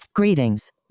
Greetings